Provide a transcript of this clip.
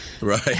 right